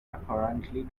apparently